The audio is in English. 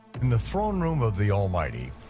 in the throne room of the almighty,